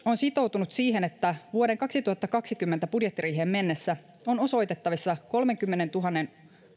sitoutunut siihen että vuoden kaksituhattakaksikymmentä budjettiriiheen mennessä on osoitettavissa